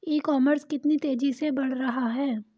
E commerce कितनी तेजी से बढ़ रहा है?